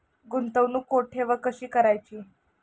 गुंतवणूक कुठे व कशी करायची?